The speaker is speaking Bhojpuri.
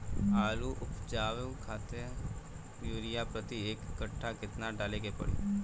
आलू उपजावे खातिर यूरिया प्रति एक कट्ठा केतना डाले के पड़ी?